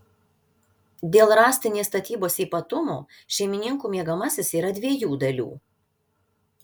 dėl rąstinės statybos ypatumų šeimininkų miegamasis yra dviejų dalių